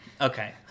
Okay